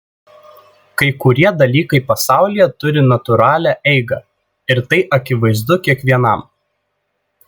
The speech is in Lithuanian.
kai kurie dalykai pasaulyje turi natūralią eigą ir tai akivaizdu kiekvienam